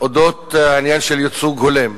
על העניין של ייצוג הולם,